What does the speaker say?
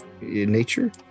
Nature